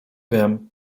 wiem